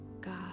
God